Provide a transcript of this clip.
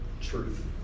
truth